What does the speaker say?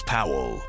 Powell